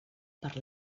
per